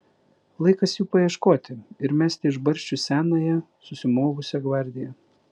laikas jų paieškoti ir mesti iš barščių senąją susimovusią gvardiją